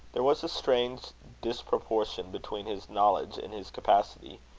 there was a strange disproportion between his knowledge and his capacity.